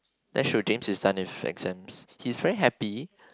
that shows James is done with exams he's very happy